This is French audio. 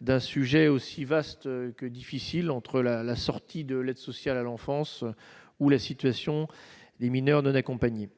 d'un sujet aussi vaste que difficile entre la la sortie de l'aide sociale à l'enfance où la situation, les mineurs non accompagnés